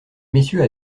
messieurs